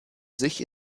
sich